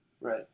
Right